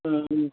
ம் ம்